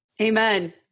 Amen